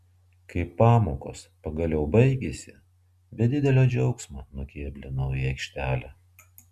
kai pamokos pagaliau baigėsi be didelio džiaugsmo nukėblinau į aikštelę